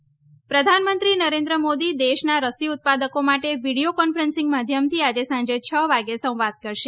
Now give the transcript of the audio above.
મોદી બેઠક પ્રધાનમંત્રી નરેન્દ્ર મોદી દેશના રસી ઉત્પાદકો માટે વીડિયો કોન્ફરન્સિંગ માધ્યમથી આજે સાંજે છ વાગે સંવાદ કરશે